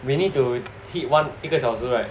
we need to hit one 一个小时 right